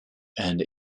and